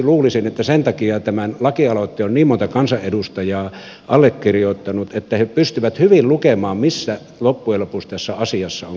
luulisin että sen takia tämän lakialoitteen on niin monta kansanedustajaa allekirjoittanut että he pystyvät hyvin lukemaan mistä loppujen lopuksi tässä asiassa on kysymys